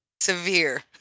severe